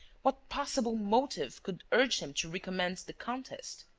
what possible motive could urge him to re-commence the contest?